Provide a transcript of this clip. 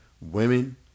women